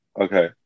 Okay